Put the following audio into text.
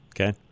Okay